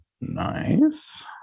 Nice